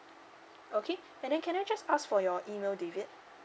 okay and then can I just ask for your email david